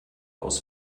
aus